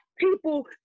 people